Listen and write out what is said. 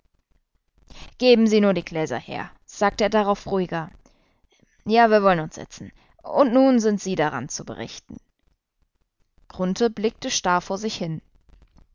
geben sie nur die gläser her sagte er darauf ruhiger ja wir wollen uns setzen und nun sind sie daran zu berichten grunthe blickte starr vor sich hin